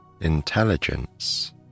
intelligence